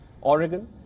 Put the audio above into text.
Oregon